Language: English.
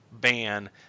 ban –